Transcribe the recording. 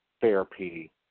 therapy